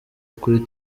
kuri